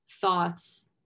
thoughts